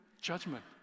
judgment